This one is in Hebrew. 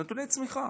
נתוני צמיחה.